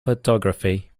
photography